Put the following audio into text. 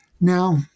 Now